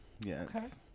Yes